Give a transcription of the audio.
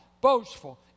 boastful